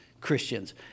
Christians